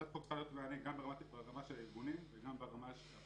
לכן הצעת החוק צריכה לתת מענה גם ברמה של הארגונים וגם ברמה הפרטית,